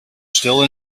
still